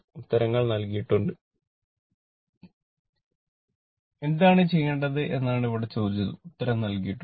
ഉത്തരങ്ങൾ നൽകിയിട്ടുണ്ട് എന്താണ് ചെയ്യേണ്ടത് എന്നാണ് ഇവിടെ ചോദിച്ചത് ഉത്തരം നൽകിയിട്ടുണ്ട്